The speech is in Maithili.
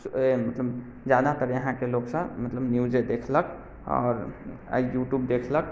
मतलब जादातर यहाँके लोकसब मतलब न्यूजे देखलक आओर यूट्यूब देखलक